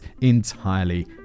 entirely